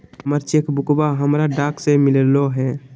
हमर चेक बुकवा हमरा डाक से मिललो हे